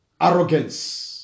arrogance